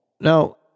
Now